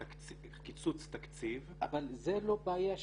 קיצוץ תקציב -- אבל זה לא בעיה שלהם.